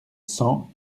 cent